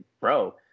bro